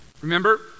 Remember